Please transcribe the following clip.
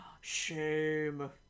Shame